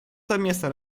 совместно